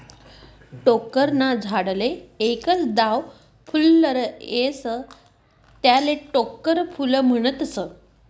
टोक्कर ना झाडले एकच दाव फुल्लर येस त्याले टोक्कर फूल म्हनतस